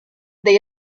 they